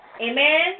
Amen